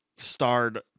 starred